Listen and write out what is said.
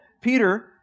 Peter